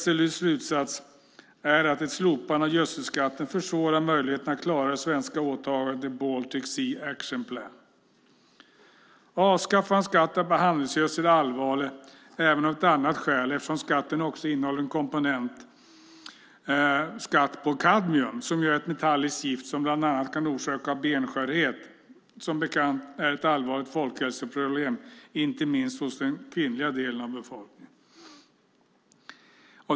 SLU:s slutsats är att ett slopande av gödselskatten försvårar möjligheten att klara det svenska åtagandet i Baltic Sea Action Plan. Avskaffandet av skatten på handelsgödsel är allvarlig även av ett annat skäl. Handelsgödsel innehåller nämligen kadmium som är ett metalliskt gift som bland annat kan orsaka benskörhet. Som bekant är benskörhet ett allvarligt folkhälsoproblem inte minst hos den kvinnliga befolkningen.